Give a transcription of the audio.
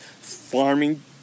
farming